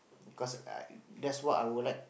cause I that's what I would like